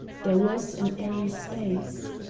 there was an airy space.